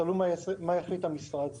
תלוי מה יחליט המשרד.